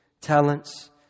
talents